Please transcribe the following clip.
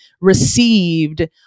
received